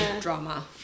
drama